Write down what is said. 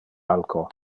alco